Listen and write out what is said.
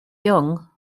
young